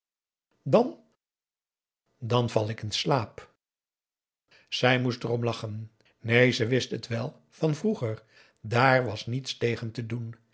dan dan val ik in slaap zij moest erom lachen neen ze wist het wel van vroeger dààr was niets tegen te doen